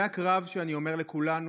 זה הקרב שאני אומר לכולנו,